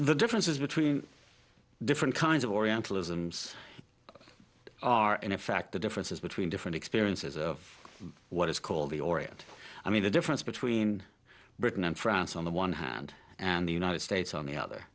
the differences between different kinds of orientalism so far and in fact the differences between different experiences of what is called the orient i mean the difference between britain and france on the one hand and the united states on the other